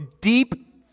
deep